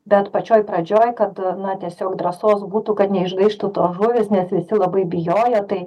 bet pačioj pradžioj kad na tiesiog drąsos būtų kad neišgaištų tos žuvys nes visi labai bijojo tai